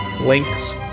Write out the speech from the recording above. links